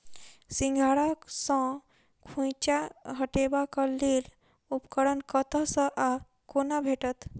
सिंघाड़ा सऽ खोइंचा हटेबाक लेल उपकरण कतह सऽ आ कोना भेटत?